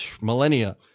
millennia